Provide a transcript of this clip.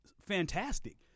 fantastic